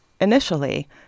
Initially